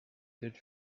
good